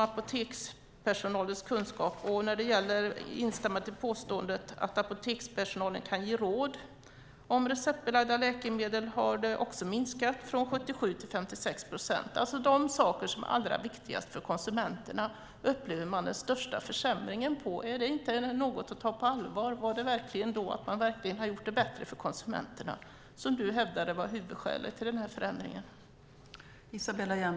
Andelen som instämmer i påståendet att apotekspersonalen kan ge råd om receptbelagda läkemedel har också minskat, från 77 till 56 procent. Det är alltså när det gäller de saker som är allra viktigast för konsumenterna som man upplever den största försämringen. Är det inte något att ta på allvar? Har man då verkligen gjort det bättre för konsumenterna? Du hävdade att det var huvudskälet för den här förändringen.